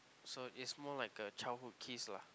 so is more like a childhood kiss lah